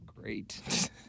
great